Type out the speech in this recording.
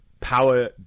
power